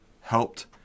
helped